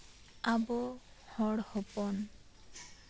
ᱟᱵᱚ ᱦᱚᱲ ᱦᱚᱯᱚᱱ